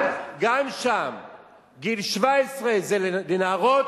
אבל גם שם זה גיל 17 לנערות,